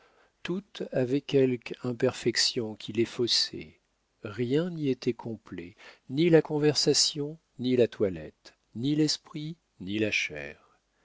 toutes avaient quelque imperfection qui les faussait rien n'y était complet ni la conversation ni la toilette ni l'esprit ni la chair